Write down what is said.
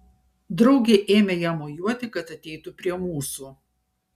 draugė ėmė jam mojuoti kad ateitų prie mūsų